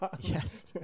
Yes